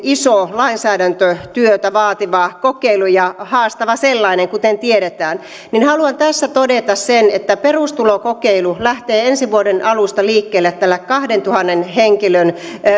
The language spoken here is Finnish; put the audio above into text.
iso lainsäädäntötyötä vaativa kokeilu ja haastava sellainen kuten tiedetään haluan tässä todeta sen että perustulokokeilu lähtee ensi vuoden alusta liikkeelle tällä kahdentuhannen henkilön